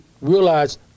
realize